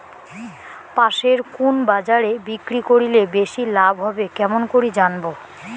পাশের কুন বাজারে বিক্রি করিলে বেশি লাভ হবে কেমন করি জানবো?